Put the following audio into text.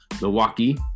Milwaukee